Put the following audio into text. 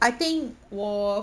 I think 我